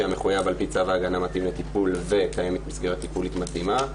שהמחויב על פי צו ההגנה מתאים לטיפול וקיימת מסגרת טיפולית מתאימה,